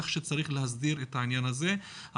כך שצריך להסדיר את העניין הזה.